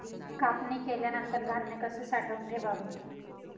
कापणी केल्यानंतर धान्य कसे साठवून ठेवावे?